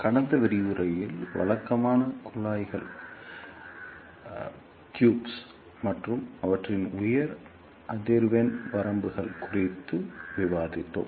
கடந்த விரிவுரையில் வழக்கமான குழாய்கள் மற்றும் அவற்றின் உயர் அதிர்வெண் வரம்புகள் குறித்து விவாதித்தோம்